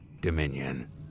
dominion